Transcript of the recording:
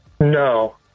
No